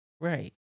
Right